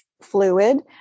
fluid